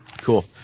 Cool